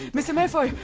mr malfoy!